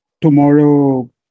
tomorrow